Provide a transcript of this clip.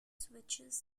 switches